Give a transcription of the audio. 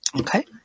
Okay